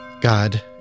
God